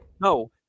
No